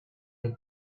ont